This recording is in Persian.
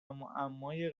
معمای